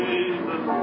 Jesus